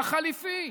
החליפי,